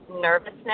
nervousness